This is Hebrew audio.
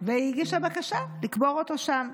והיא הגישה בקשה לקבור אותו שם.